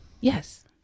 Yes